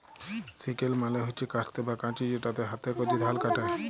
sickle মালে হচ্যে কাস্তে বা কাঁচি যেটাতে হাতে ক্যরে ধাল কাটে